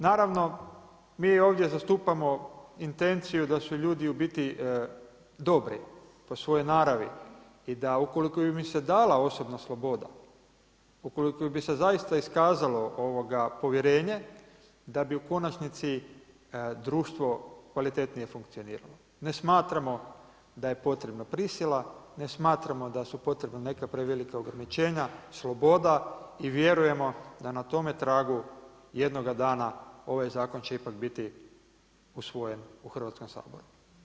Naravno, mi ovdje zastupamo intenciju da su ljudi u biti dobri po svojoj naravi i da ukoliko bi im se dala osobna sloboda, ukoliko bi se zaista iskazalo povjerenje da bi u konačnici društvo kvalitetnije funkcioniralo ne smatramo da je potrebna prisila, ne smatramo da su potrebne neke prevelika ograničenja sloboda i vjerujemo da na tome tragu jednoga dana ovaj zakon će ipak biti usvojen u Hrvatskom saboru.